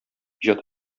иҗат